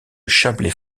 chablais